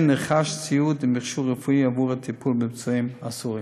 נרכשו ציוד ומכשור רפואי עבור הטיפול בפצועים הסורים.